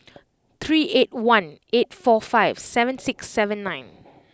three eight one eight four five seven six seven nine